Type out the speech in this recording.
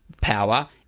power